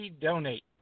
Donate